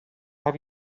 have